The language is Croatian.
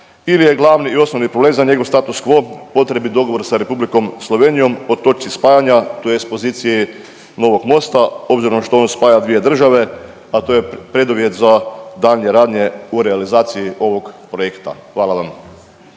ili je glavni i osnovni problem za njegov status quo potrebit dogovor sa Republikom Slovenijom o točci spajanja tj. pozicije novog mosta obzirom što on spaja dvije države, a to je preduvjet za daljnje radnje u realizaciji ovog projekta. Hvala vam.